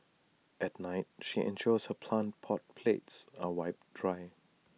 at night she ensures her plant pot plates are wiped dry